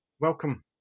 welcome